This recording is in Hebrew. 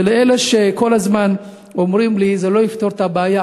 לאלה שכל הזמן אומרים לי שזה לא יפתור את הבעיה,